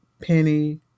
penny